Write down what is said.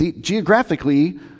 geographically